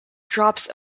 drops